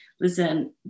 listen